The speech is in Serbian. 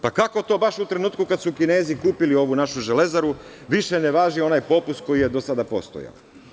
Pa, kako to sad baš u trenutku kada su Kinezi kupili ovu našu Železaru više ne važi onaj popust koji je do sada postojao.